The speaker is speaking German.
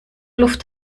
luft